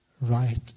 right